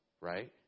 right